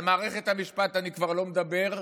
על מערכת המשפט אני כבר לא מדבר.